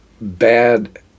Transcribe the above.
bad